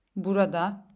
Burada